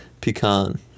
pecan